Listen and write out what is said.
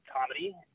comedy